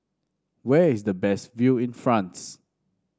where is the best view in France